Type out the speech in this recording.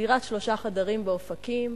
דירת שלושה חדרים באופקים,